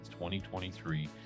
2023